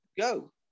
go